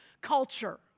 culture